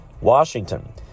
Washington